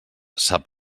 sap